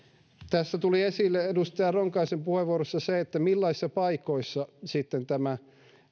tässä tuli esille edustaja ronkaisen puheenvuorossa se millaisissa paikoissa sitten tämä